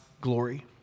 glory